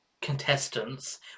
contestants